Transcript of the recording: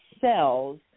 cells